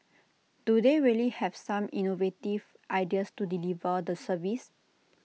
do they really have some innovative ideas to deliver the service